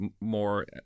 more